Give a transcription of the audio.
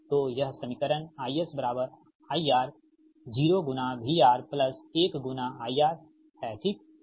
तो यह समीकरण IS IR 0 VR 1 IR सही है